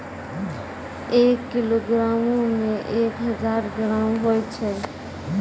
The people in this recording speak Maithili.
एक किलोग्रामो मे एक हजार ग्राम होय छै